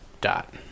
dot